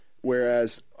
Whereas